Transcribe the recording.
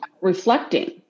reflecting